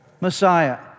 Messiah